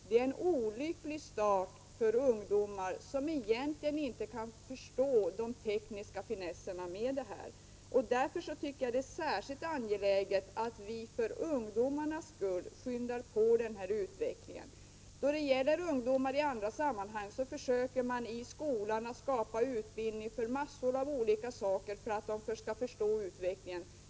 Det är en olycklig start för ungdomar som egentligen inte kan förstå de tekniska finesserna med det här. Därför tycker jag att det är särskilt angeläget att vi för ungdomarnas skull skyndar på utvecklingen. I andra sammanhang försöker man i skolan ge utbildning för massor av olika saker, för att ungdomarna skall förstå utvecklingen.